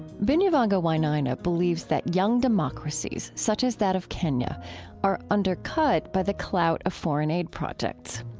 binyavanga wainaina believes that young democracies such as that of kenya are undercut by the clout of foreign aid projects.